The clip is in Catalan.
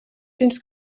cents